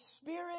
spirit